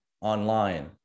online